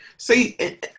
See